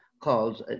calls